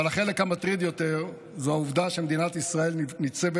אבל החלק המטריד יותר הוא העובדה שמדינת ישראל ניצבת